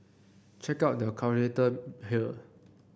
check out the calculator here